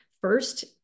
first